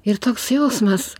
ir toks jausmas